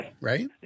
Right